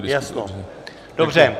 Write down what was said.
Jasno, dobře.